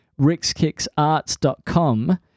rickskicksarts.com